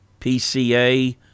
PCA